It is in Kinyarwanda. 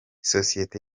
sosiyete